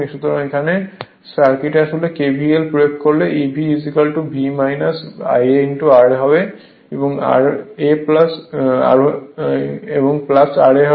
সুতরাং এই সার্কিটে আসলে kvl প্রয়োগ করলে Eb V Ia R ra ra হবে